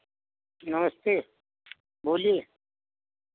नमस्ते बोलिए